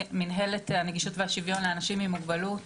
מינהלת הנגישות והשוויון לאנשים עם מוגבלות.